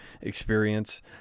experience